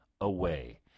away